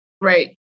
Right